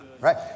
Right